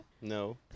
No